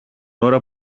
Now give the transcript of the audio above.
ώρα